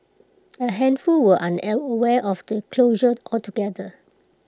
A handful were unaware of the closure altogether